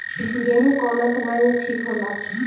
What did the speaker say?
गेहू कौना समय मे ठिक होला?